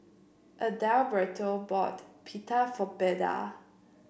Adalberto bought Pita for Beda